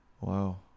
Wow